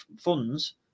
funds